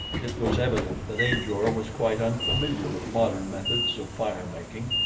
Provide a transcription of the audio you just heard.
it was evident that ajor was quite unfamiliar with modern methods of fire-making.